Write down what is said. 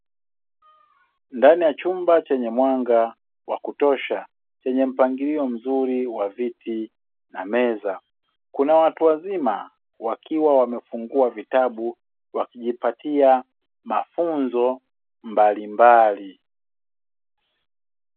Ndani ya chumba chenye mwanga wa kutosha chenye mpangilio mzuri wa viti na meza, kuna watu wazima wakiwa wamefungua vitabu wakijipatia mbalimbali.